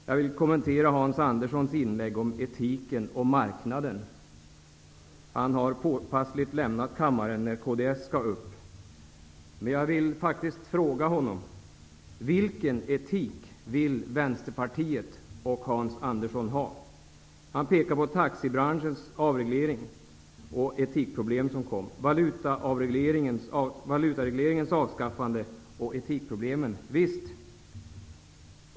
Jag vill kommentera Hans Anderssons inlägg om etiken och marknaden. Han har påpassligt lämnat kammaren när det är dags för kds att gå upp i talarstolen. Men jag vill fråga honom vilken etik Vänsterpartiet och han vill ha. Han pekar på avregeleringen av taxibranschen och de etiska problem som har uppstått där. Vidare har vi de etiska problemen i samband med avregleringen av valutaregleringen. Visst!